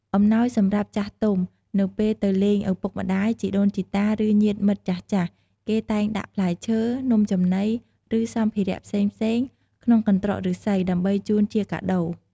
អំណោយសម្រាប់ចាស់ទុំ នៅពេលទៅលេងឪពុកម្តាយ ជីដូនជីតា ឬញាតិមិត្តចាស់ៗ គេតែងដាក់ផ្លែឈើ នំចំណី ឬសម្ភារៈផ្សេងៗក្នុងកន្ត្រកឫស្សី ដើម្បីជូនជាកាដូរ។